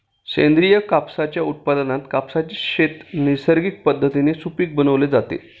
सेंद्रिय कापसाच्या उत्पादनात कापसाचे शेत नैसर्गिक पद्धतीने सुपीक बनवले जाते